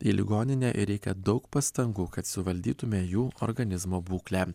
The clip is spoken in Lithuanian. į ligoninę ir reikia daug pastangų kad suvaldytume jų organizmo būklę